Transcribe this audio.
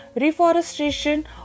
reforestation